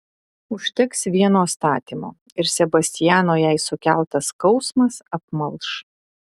užteks vieno statymo ir sebastiano jai sukeltas skausmas apmalš